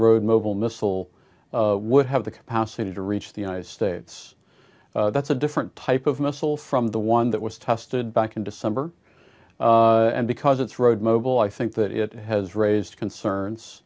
road mobile missile would have the capacity to reach the united states that's a different type of missile from the one that was tested back in december and because it's road mobile i think that it has raised concerns